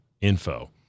info